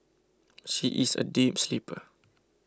she is a deep sleeper